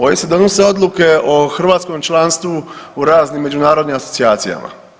Ovdje se donose odluke o hrvatskom članstvu u raznim međunarodnim asocijacijama.